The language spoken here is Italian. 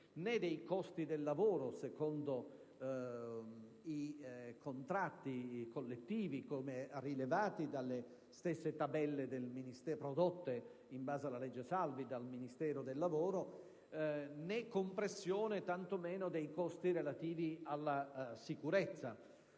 né dei costi del lavoro secondo i contratti collettivi, come rilevato dalle stesse tabelle prodotte in base alla cosiddetta legge Salvi dal Ministero del lavoro, né tanto meno dei costi relativi alla sicurezza.